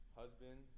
husband